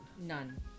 none